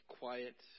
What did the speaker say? quiet